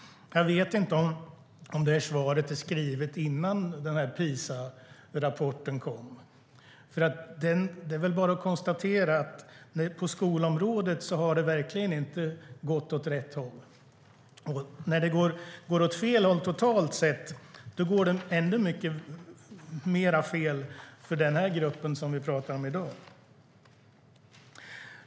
Jag vet inte om svaret skrevs innan PISA-rapporten kom. Det är väl bara att konstatera att det verkligen inte har gått åt rätt håll på skolområdet. Och när det går åt fel håll totalt sett går det ännu mycket mer fel för den grupp vi pratar om i dag.